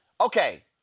Okay